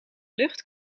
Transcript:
lucht